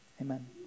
amen